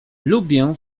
lubię